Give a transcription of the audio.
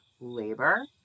labor